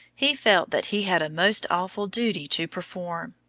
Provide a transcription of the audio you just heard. he felt that he had a most awful duty to perform.